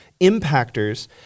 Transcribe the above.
impactors